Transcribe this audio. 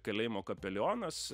kalėjimo kapelionas